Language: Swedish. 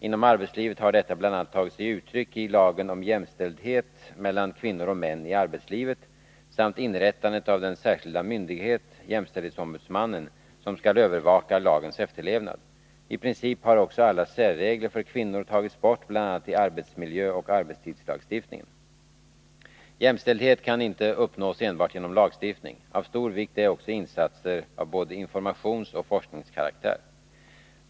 Inom arbetslivet har detta bl.a. tagit sig uttryck i lagen om jämställdhet mellan kvinnor och män i arbetslivet samt inrättandet av den särskilda myndighet, jämställdhetsombudsmannen, som skall övervaka lagens efterlevnad. I princip har också alla särregler för kvinnor tagits bort bl.a. i arbetsmiljöoch arbetstidslagstiftningen. Jämställdhet kan inte uppnås enbart genom lagstiftning. Av stor vikt är också insatser av både informationsoch forskningskaraktär.